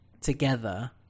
together